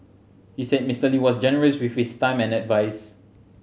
he said Mister Lee was generous with his time and advise